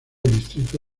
distrito